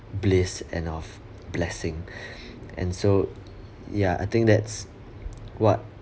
bliss and of blessing and so ya I think that's what